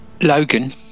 Logan